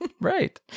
Right